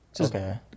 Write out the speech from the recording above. okay